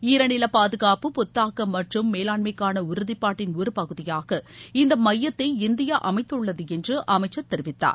ஈரநில பாதுகாப்பு புத்தாக்கம் மற்றும் மேலாண்மைக்கான உறுதிப்பாட்டின் ஒரு பகுதியாகஇந்த மையத்தை இந்தியா அமைத்துள்ளது என்று அமைச்சர் தெரிவித்தார்